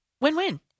win-win